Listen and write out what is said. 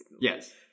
Yes